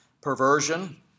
perversion